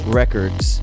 records